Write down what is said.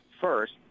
first